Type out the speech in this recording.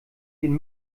den